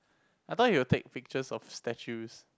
I thought you will take pictures of statues